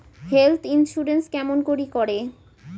Health insurance কেমন করি করে?